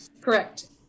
Correct